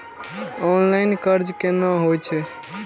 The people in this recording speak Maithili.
ऑनलाईन कर्ज केना होई छै?